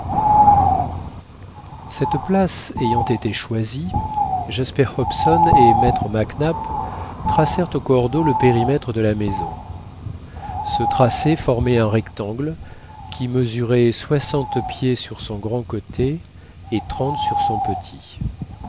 cette place ayant été choisie jasper hobson et maître mac nap tracèrent au cordeau le périmètre de la maison ce tracé formait un rectangle qui mesurait soixante pieds sur son grand côté et trente sur son petit